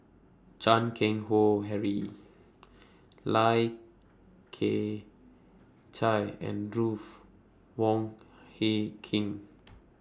Chan Keng Howe Harry Lai Kew Chai and Ruth Wong Hie King